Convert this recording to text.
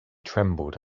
trembled